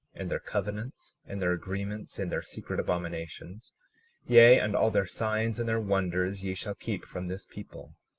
and their covenants, and their agreements in their secret abominations yea, and all their signs and their wonders ye shall keep from this people,